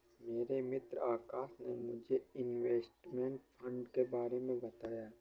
मेरे मित्र आकाश ने मुझे इनवेस्टमेंट फंड के बारे मे बताया